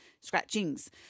scratchings